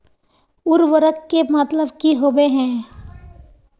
उर्वरक के मतलब की होबे है?